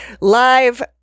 live